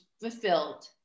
fulfilled